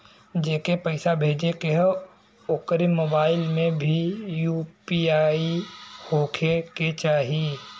जेके पैसा भेजे के ह ओकरे मोबाइल मे भी यू.पी.आई होखे के चाही?